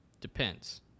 Depends